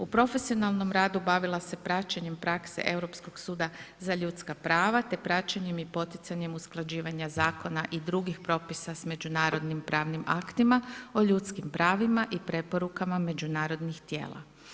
U profesionalnom radu bavila se praćenjem prakse Europskog suda za ljudska prava te praćenjem i poticanjem usklađivanja zakona i drugih propisa s međunarodnim pravnim aktima o ljudskim pravima i preporukama međunarodnih tijela.